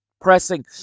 pressing